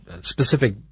specific